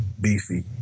Beefy